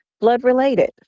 blood-related